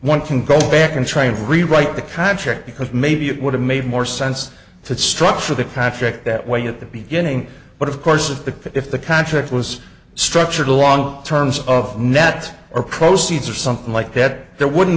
one can go back and try and rewrite the contract because maybe it would have made more sense to structure the contract that way at the beginning but of course if the if the contract was structured along terms of net or proceeds or something like that there wouldn't